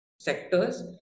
sectors